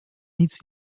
nic